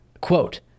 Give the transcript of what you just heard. quote